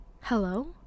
Hello